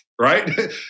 right